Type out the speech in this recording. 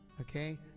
Okay